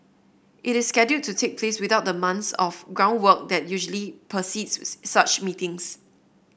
it is scheduled to take place without the months of groundwork that usually precedes such meetings